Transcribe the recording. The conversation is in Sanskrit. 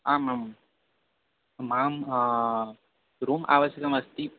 आमां मह्यं रूम् आवश्यकमस्ति